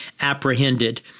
apprehended